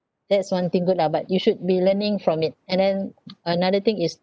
that's one thing good lah but you should be learning from it and then another thing is